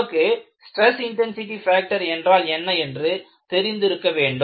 நமக்கு stress intensity factor என்றால் என்ன என்று தெரிந்து இருக்க வேண்டும்